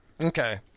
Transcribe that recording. Okay